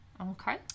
Okay